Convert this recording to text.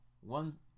one